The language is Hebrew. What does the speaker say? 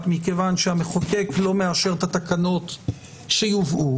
מכיוון שהמחוקק לא מאשר את התקנות שיובאו,